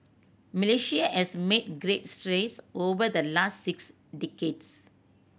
Malaysia has made great strides over the last six decades